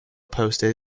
posted